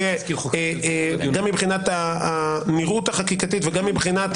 גם מבחינת הנראות החקיקתית וגם מבחינת